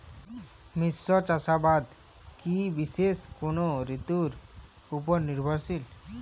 মিশ্র চাষাবাদ কি বিশেষ কোনো ঋতুর ওপর নির্ভরশীল?